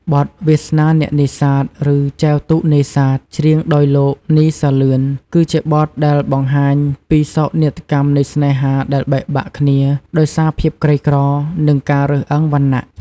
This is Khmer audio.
បទ វាសនាអ្នកនេសាទ ឬ ចែវទូកនេសាទ ច្រៀងដោយលោក នី សាលឿន គឺជាបទដែលបង្ហាញពីសោកនាដកម្មនៃស្នេហាដែលបែកបាក់គ្នាដោយសារភាពក្រីក្រ និងការរើសអើងវណ្ណៈ។